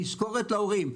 תזכורת להורים,